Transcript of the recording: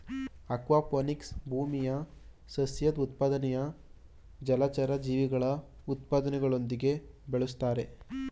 aquaponics ಭೂಮಿಯ ಸಸ್ಯದ್ ಉತ್ಪಾದನೆನಾ ಜಲಚರ ಜೀವಿಗಳ ಉತ್ಪಾದನೆಯೊಂದಿಗೆ ಬೆಳುಸ್ತಾರೆ